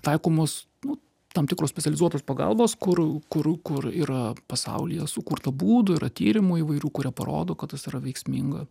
taikomos nu tam tikros specializuotos pagalbos kur kur kur yra pasaulyje sukurta būdų yra tyrimų įvairių kurie parodo kad tas yra veiksminga